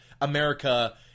America